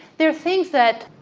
there are things that,